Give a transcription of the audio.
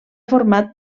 format